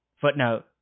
Footnote